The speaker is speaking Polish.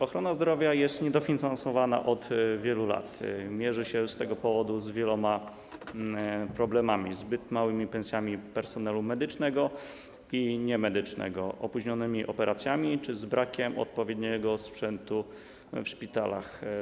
Ochrona zdrowia jest niedofinansowana od wielu lat i z tego powodu mierzymy się z wieloma problemami: zbyt małymi pensjami personelu medycznego i niemedycznego, opóźnionymi operacjami czy brakiem odpowiedniego sprzętu w szpitalach.